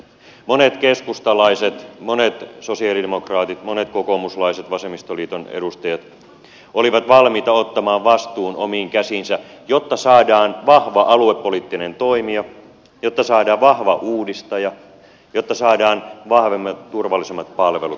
monet keskustalaiset monet sosialidemokraatit monet kokoomuslaiset ja vasemmistoliiton edustajat olivat valmiita ottamaan vastuun omiin käsiinsä jotta saadaan vahva aluepoliittinen toimija jotta saadaan vahva uudistaja jotta saadaan vahvemmat turvallisemmat palvelut